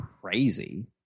crazy